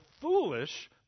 foolish